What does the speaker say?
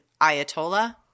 Ayatollah